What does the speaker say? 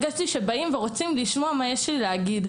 הרגשתי שרוצים לשמוע מה יש לי להגיד.